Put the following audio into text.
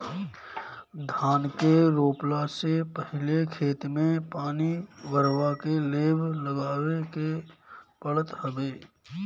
धान के रोपला से पहिले खेत में पानी भरवा के लेव लगावे के पड़त हवे